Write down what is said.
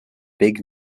big